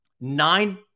nine